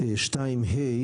2(ה),